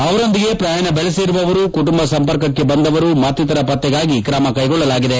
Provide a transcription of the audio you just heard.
ಅವರೊಂದಿಗೆ ಪ್ರಯಾಣ ಬೆಳೆಸಿರುವವರು ಕುಟುಂಬ ಸಂಪರ್ಕಕ್ಕೆ ಬಂದವರು ಮತ್ತಿತರರ ಪತ್ತೆಗಾಗಿ ಕ್ರಮ ಕೈಗೊಳ್ಳಲಾಗಿದೆ